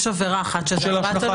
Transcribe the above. יש עבירה אחת של 4,000,